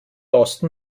osten